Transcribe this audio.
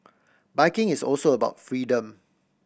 biking is also about freedom